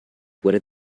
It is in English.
what